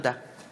תודה.